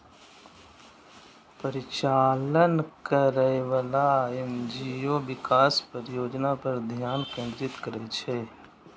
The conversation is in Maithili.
परिचालन करैबला एन.जी.ओ विकास परियोजना पर ध्यान केंद्रित करै छै